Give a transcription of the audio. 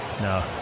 No